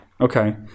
Okay